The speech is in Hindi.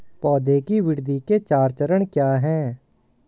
पौधे की वृद्धि के चार चरण क्या हैं?